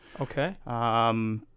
Okay